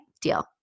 deal